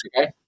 okay